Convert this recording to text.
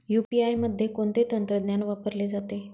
UPI मध्ये कोणते तंत्रज्ञान वापरले जाते?